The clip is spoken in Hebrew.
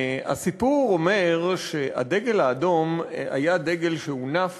הסיפור אומר שהדגל האדום היה דגל שהונף